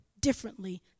differently